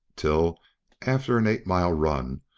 till after an eight miles' run,